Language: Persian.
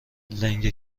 لنگه